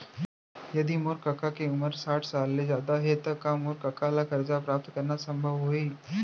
यदि मोर कका के उमर साठ साल ले जादा हे त का मोर कका ला कर्जा प्राप्त करना संभव होही